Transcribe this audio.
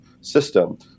system